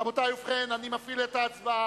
רבותי, ובכן, אני מפעיל את ההצבעה.